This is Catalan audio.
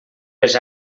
les